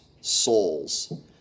souls